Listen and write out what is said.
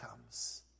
comes